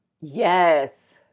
Yes